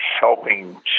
helping